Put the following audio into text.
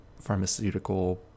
pharmaceutical